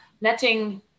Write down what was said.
Letting